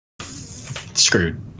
Screwed